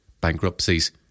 bankruptcies